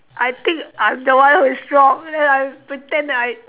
I think I'm the one who is wrong then I pretend that I